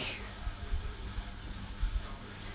okay